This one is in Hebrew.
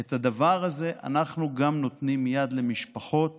את הדבר הזה אנחנו גם נותנים יד למשפחות